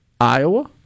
Iowa